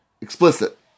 explicit